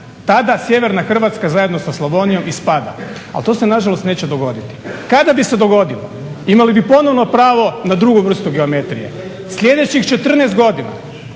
Tada sjeverna Hrvatska zajedno sa Slavonijom ispada. Ali to se nažalost neže dogoditi. Kada bi se dogodilo imali bi ponovno pravo na drugu vrstu geometrije. Sljedećih 14 godina